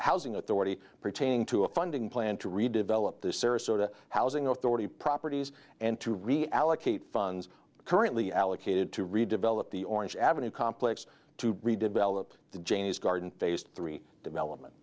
housing authority pertaining to a funding plan to redevelop the sarasota housing authority properties and to re allocate funds currently allocated to redevelop the orange avenue complex to redevelop the janie's garden phase three development